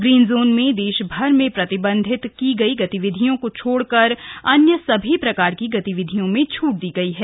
green zone में देशभर में प्रतिबंधित की गई गतिविधियों को छोड़कर अन्य सभी प्रकार की गतिविधियों में छूट दी गई है